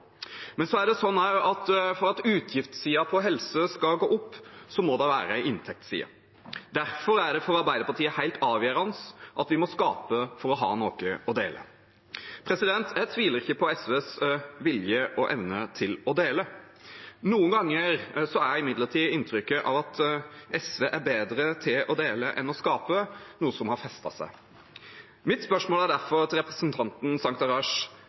Men for at utgiftssiden når det gjelder helse, skal gå opp, må det være en inntektsside. Derfor er det for Arbeiderpartiet helt avgjørende at vi må skape for å ha noe å dele. Jeg tviler ikke på SVs vilje og evne til å dele. Noen ganger er imidlertid inntrykket av at SV er bedre til å dele enn til å skape, noe som har festet seg. Mitt spørsmål til representanten Sangtarash er derfor: